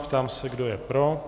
Ptám se, kdo je pro.